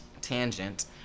tangent